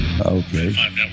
Okay